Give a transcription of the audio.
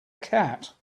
cat